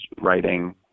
writing